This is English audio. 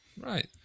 Right